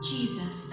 Jesus